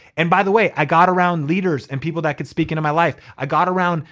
and by the way, i got around leaders and people that could speak into my life. i got around,